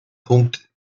punkt